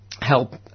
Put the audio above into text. help